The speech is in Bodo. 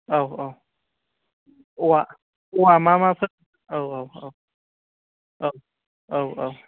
औ औ औवा औवा मा माफोर औ औ औ औ औ औ